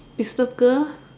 disturb girl